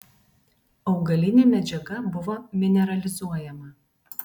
augalinė medžiaga buvo mineralizuojama